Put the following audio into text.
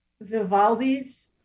vivaldi's